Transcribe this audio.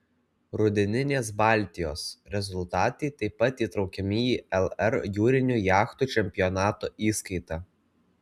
rudeninės baltijos rezultatai taip pat įtraukiami į lr jūrinių jachtų čempionato įskaitą